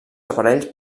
aparells